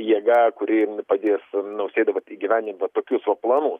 jėga kuri padės nausėdai įgyvendint va tokius va planus